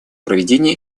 проведения